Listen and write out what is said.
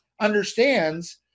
understands